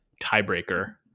tiebreaker